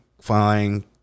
flying